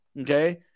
Okay